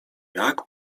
jak